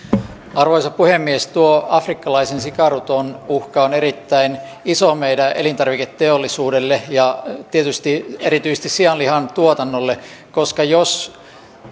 arvoisa puhemies tuo afrikkalaisen sikaruton uhka on erittäin iso meidän elintarviketeollisuudelle ja tietysti erityisesti sianlihantuotannolle koska jos